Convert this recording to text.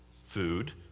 food